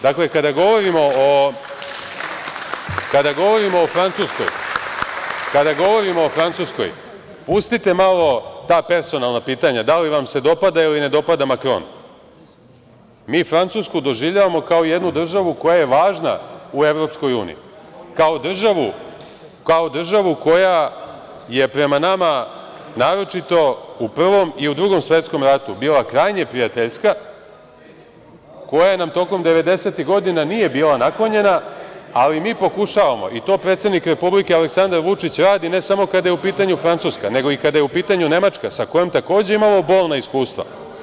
Dakle, kada govorimo o Francuskoj pustite malo ta personalna pitanja da li vam se dopada ili ne dopada Makron, mi Francusku doživljavamo kao jednu državu koja je važna u EU, kao državu koja je prema nama naročito u Prvom i u Drugom svetskom ratu bila krajnje prijateljska, koja nam tokom devedesetih godina nije bila naklonjena, ali mi pokušavamo i to predsednik Republike, Aleksandar Vučić, radi ne samo kada je u pitanju Francuska, nego i kada je u pitanju Nemačka sa kojom takođe imamo bolna iskustva.